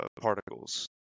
particles